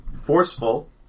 forceful